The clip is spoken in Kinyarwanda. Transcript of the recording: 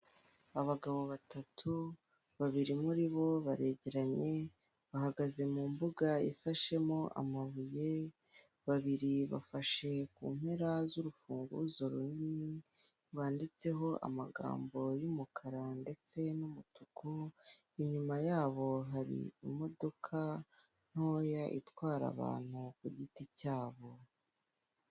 abagabo batatu babiri muri bo baregeranye bahagaze mu mbuga isashemo amabuye babiri bafashe ku mpera z'urufunguzo runini banditseho amagambo y'umukara ndetse n'umutuku inyuma yabo hari imodoka ntoya itwara abantu ku giti cyabo.